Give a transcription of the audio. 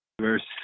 verse